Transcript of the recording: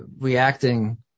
reacting